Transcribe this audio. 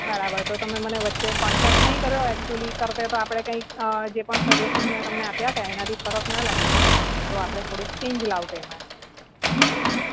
બરાબર તો તમે મને વચ્ચે કોન્ટેકટ નહીં કર્યો એક્ચ્યુઅલી કરત તો આપણે કંઈક જે પણ સજેસન્સ મેં તમને આપ્યા હતા એનાથી ફરક ન લાગ્યો તો આપણે થોડુંક ચેંજ લાવત એમાં